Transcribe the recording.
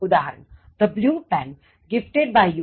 ઉદાહરણ The blue pen gifted by you got stolen